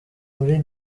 muri